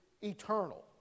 eternal